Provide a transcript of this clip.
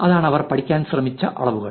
അതാണ് അവർ പഠിക്കാൻ ശ്രമിച്ച അളവുകൾ